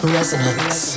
Resonance